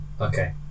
okay